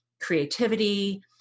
creativity